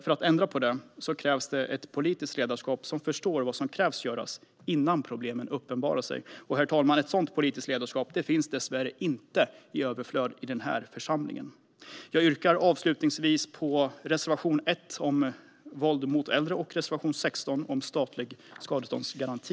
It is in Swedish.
För att ändra på detta krävs ett politiskt ledarskap som förstår vad som behöver göras innan problemen uppenbarar sig. Herr talman! Ett sådant politiskt ledarskap finns dessvärre inte i överflöd i den här församlingen. Jag yrkar, avslutningsvis, bifall till reservation 1 om våld mot äldre och reservation 16 om statlig skadeståndsgaranti.